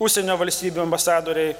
užsienio valstybių ambasadoriai